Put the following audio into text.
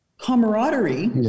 camaraderie